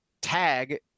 tag